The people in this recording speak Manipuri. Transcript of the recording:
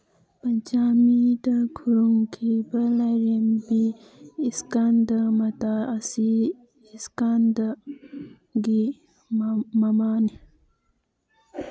ꯄꯟꯆꯥꯃꯤꯗ ꯈꯨꯔꯨꯝꯈꯤꯕ ꯂꯥꯏꯔꯦꯝꯕꯤ ꯏꯁꯀꯥꯟꯗꯃꯇꯥ ꯑꯁꯤ ꯏꯁꯀꯥꯟꯗꯒꯤ ꯃꯃꯥꯅꯤ